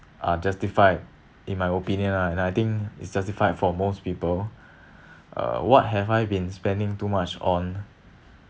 are justified in my opinion ah and then I think it's justified for most people uh what have I been spending too much on